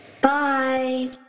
Bye